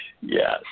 Yes